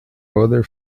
other